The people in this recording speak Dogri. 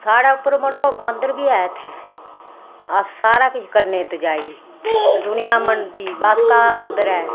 साढ़ै उप्पर मड़ो मंदर बी ऐ इत्थैं अस सारा किश करने इत्त जाई'री दुनियां मन्नदी बासका दा मंदर ऐ